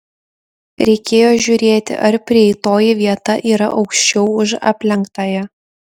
reikėjo žiūrėti ar prieitoji vieta yra aukščiau už aplenktąją